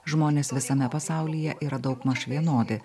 žmonės visame pasaulyje yra daugmaž vienodi